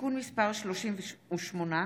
(תיקון מס' 38),